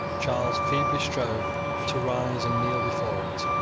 charles feebly strove to rise and kneel before it.